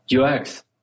UX